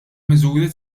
miżuri